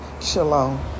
Shalom